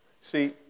See